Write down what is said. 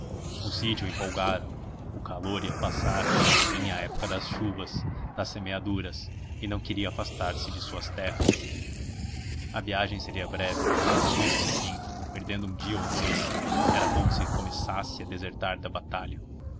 o sítio empolgara o o calor ia passar vinha a época das chuvas das semeaduras e não queria afastarse de suas terras a viagem seria breve mas mesmo assim perdendo um dia ou dous era como se começasse a desertar da batalha